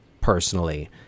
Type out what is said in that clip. personally